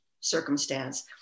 circumstance